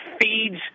feeds